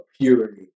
purity